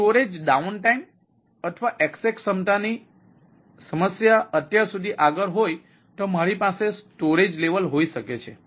જો storage downtime અથવા access ક્ષમતાની સમસ્યા અત્યાર સુધી આગળ હોય તો મારી પાસે સ્ટોરેજ લેવલ હોઈ શકે છે